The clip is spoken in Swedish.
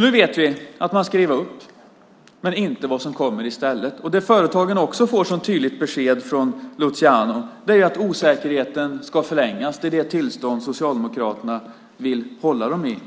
Nu vet vi att man ska riva upp men inte vad som kommer i stället. Det företagen också får som tydligt besked från Luciano är att osäkerheten ska förlängas. Det är det tillstånd som Socialdemokraterna vill hålla dem i.